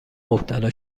مبتلا